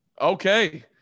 Okay